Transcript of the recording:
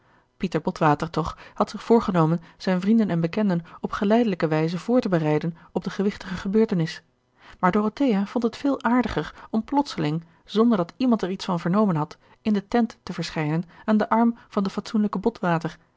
pieter botwater toch had zich voorgenomen zijn vrienden en bekenden op geleidelijke wijze voor te bereiden op de gewichtige gebeurtenis maar dorothea vond het veel aardiger om plotseling zonder dat iemand er iets van vernomen had in de tent te verschijnen aan den arm van den fatsoenlijken botwater